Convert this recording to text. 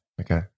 Okay